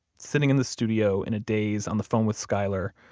sitting in the studio in a daze on the phone with skyler,